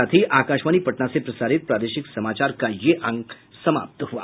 इसके साथ ही आकाशवाणी पटना से प्रसारित प्रादेशिक समाचार का ये अंक समाप्त हुआ